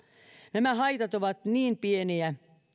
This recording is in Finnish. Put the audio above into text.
nämä haitat ovat niin pieniä